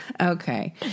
Okay